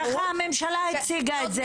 ככה הממשלה הציגה את זה, גבי.